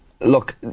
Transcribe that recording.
Look